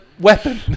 weapon